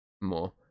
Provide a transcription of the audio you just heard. more